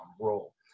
role